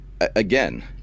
again